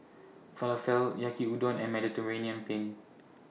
Falafel Yaki Udon and Mediterranean Penne